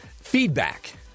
Feedback